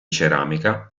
ceramica